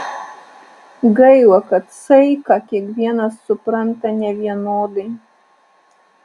gaila kad saiką kiekvienas supranta nevienodai